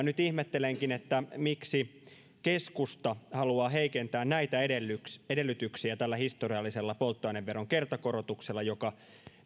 nyt ihmettelenkin miksi keskusta haluaa heikentää näitä edellytyksiä edellytyksiä tällä historiallisella polttoaineveron kertakorotuksella joka